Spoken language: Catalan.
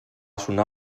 sonar